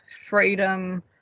freedom